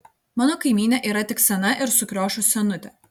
mano kaimynė yra tik sena ir sukriošus senutė